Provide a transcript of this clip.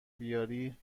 بیاوری